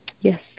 Yes